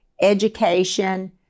education